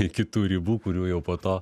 iki tų ribų kurių jau po to